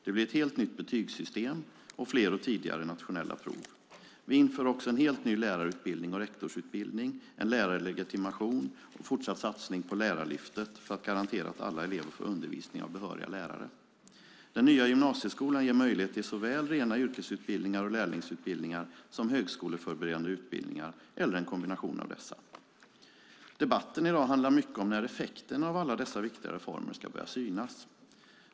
Det blir ett helt nytt betygssystem och fler och tidigare nationella prov. Vi inför också en helt ny lärarutbildning och rektorsutbildning, en lärarlegitimation och en fortsatt satsning på lärarlyftet för att garantera att alla elever får undervisning av behöriga lärare. Den nya gymnasieskolan ger möjlighet till såväl rena yrkesutbildningar och lärlingsutbildningar som högskoleförberedande utbildningar, eller en kombination av dessa. Debatten i dag handlar mycket om när effekterna av alla dessa viktiga reformer ska börja synas.